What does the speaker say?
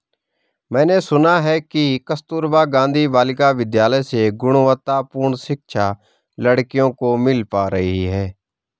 मैंने सुना है कि कस्तूरबा गांधी बालिका विद्यालय से गुणवत्तापूर्ण शिक्षा लड़कियों को मिल पा रही है